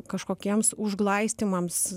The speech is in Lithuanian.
kažkokiems užglaistymams